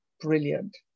brilliant